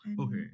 Okay